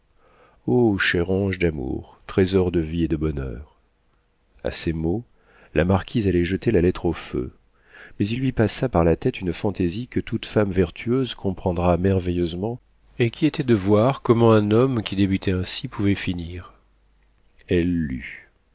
cher ange d'amour trésor de vie et de bonheur a ces mots la marquise allait jeter la lettre au feu mais il lui passa par la tête une fantaisie que toute femme vertueuse comprendra merveilleusement et qui était de voir comment un homme qui débutait ainsi pouvait finir elle